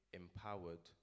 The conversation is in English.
empowered